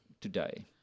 today